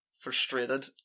frustrated